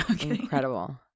Incredible